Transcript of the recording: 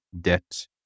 debt